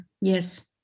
Yes